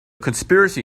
conspiracy